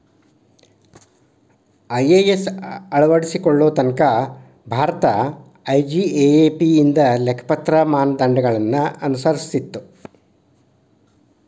IAS ಅಳವಡಿಸಿಕೊಳ್ಳೊ ತನಕಾ Bharat IGAAP ಇಂದ ಲೆಕ್ಕಪತ್ರ ಮಾನದಂಡಗಳನ್ನ ಅನುಸರಿಸ್ತಿತ್ತು